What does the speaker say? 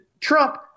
Trump